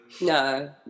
No